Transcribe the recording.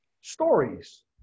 stories